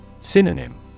Synonym